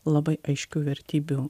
labai aiškių vertybių